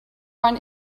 run